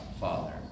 Father